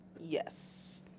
Yes